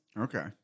Okay